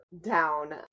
down